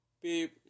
beep